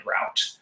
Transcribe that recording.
route